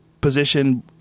position